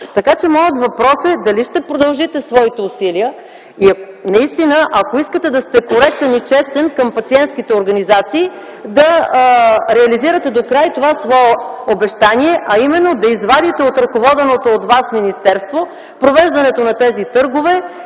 Така че моят въпрос е: дали ще продължите своите усилия и наистина ако искате да сте коректен и честен към пациентските организации, да реализирате докрай това свое обещание, а именно да извадите от ръководеното от Вас министерство провеждането на тези търгове